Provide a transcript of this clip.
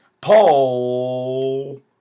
Paul